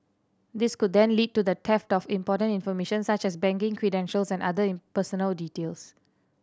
this could then lead to the theft of important information such as banking credentials and other in personal details